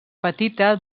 petita